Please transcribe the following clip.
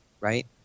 right